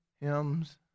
hymns